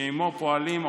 שעימו פועלים,